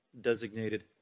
Designated